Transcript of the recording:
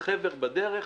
"חבר" בדרך.